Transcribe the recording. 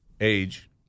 age